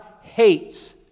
hates